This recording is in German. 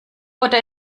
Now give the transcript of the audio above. oder